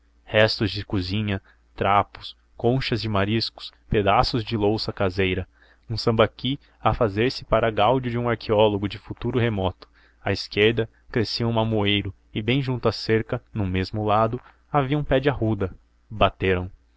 restos de cozinha trapos conchas de mariscos pedaços de louça caseira um sambaqui a fazer-se para gáudio de arqueólogo de futuro remoto à esquerda crescia um mamoeiro e bem junto à cerca no mesmo lado havia um pé de arruda bateram